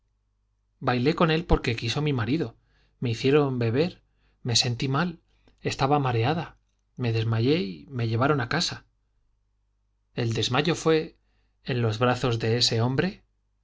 bailé con él porque quiso mi marido me hicieron beber me sentí mal estaba mareada me desmayé y me llevaron a casa el desmayo fue en los brazos de ese hombre